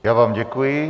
Já vám děkuji.